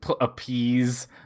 appease